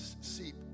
seep